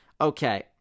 Okay